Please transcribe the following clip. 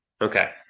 Okay